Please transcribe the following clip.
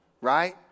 Right